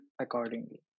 accordingly